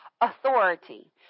authority